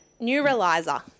Neuralizer